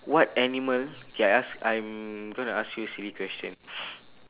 what animal K I ask I'm gonna ask you silly question